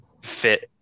fit